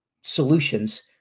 solutions